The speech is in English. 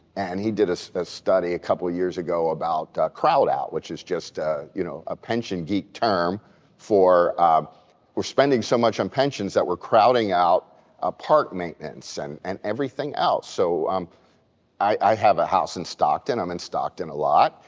and he did a so study a couple years ago about crowd out which is just a you know a pension geek term for we're spending so much on pensions that were crowding out a park maintenance and and everything else. so um i have a house in stockton, i'm in stockton a lot.